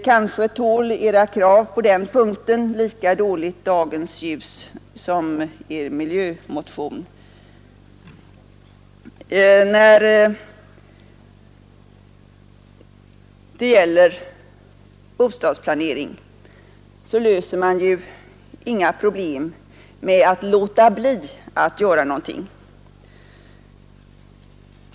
Kanske tål era krav på den punkten lika dåligt dagens ljus som er miljömotion. När det gäller bostadsplanering löser man ju inga problem med att låta bli att göra någonting.